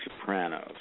Sopranos